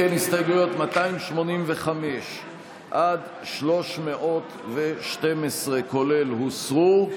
הסתייגויות 285 עד 312, כולל, הוסרו.